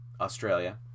Australia